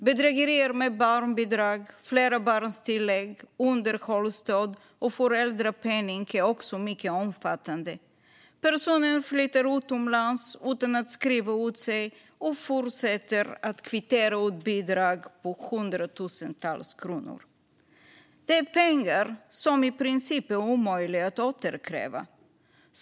Bedrägerier med barnbidrag, flerbarnstillägg, underhållsstöd och föräldrapenning är också mycket omfattande. Personer flyttar utomlands utan att skriva ut sig och fortsätter att kvittera ut bidrag på hundratusentals kronor. Detta är pengar som i princip är omöjliga att återkräva.